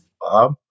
Bob